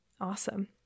Awesome